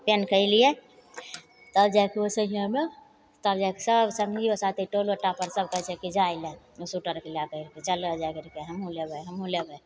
पेहनिके अएलिए तब जाके ओहिसेहिआँमे तब जाके सभ सङ्गिओ साथी टोलो टापर सभ कहै छै कि जाइ लै ओ सोइटरके लैके चलऽ जा करिके हमहूँ लेबै हमहूँ लेबै